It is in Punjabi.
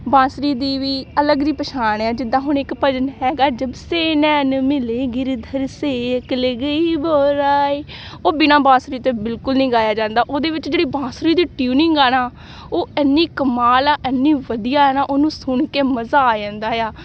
ਬਾਂਸੁਰੀ ਦੀ ਵੀ ਅਲੱਗ ਜਿਹੀ ਪਛਾਣ ਆ ਜਿੱਦਾਂ ਹੁਣ ਇੱਕ ਭਜਨ ਹੈਗਾ ਜਬ ਸੇ ਨੈਣ ਮਿਲੇ ਗਿਰਧਰ ਸੇ ਅਕਲ ਗਈ ਬੋਰਾਇ ਉਹ ਬਿਨਾ ਬਾਂਸਰੀ ਦੇ ਬਿਲਕੁਲ ਨਹੀਂ ਗਾਇਆ ਜਾਂਦਾ ਉਹਦੇ ਵਿੱਚ ਜਿਹੜੀ ਬਾਂਸਰੀ ਦੀ ਟਿਊਨਿੰਗ ਆ ਨਾ ਉਹ ਐਨੀ ਕਮਾਲ ਆ ਐਨੀ ਵਧੀਆ ਨਾ ਉਹਨੂੰ ਸੁਣ ਕੇ ਮਜ਼ਾ ਆ ਜਾਂਦਾ ਆ